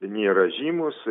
nėra žymūs